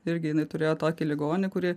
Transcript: irgi jinai turėjo tokį ligonį kurį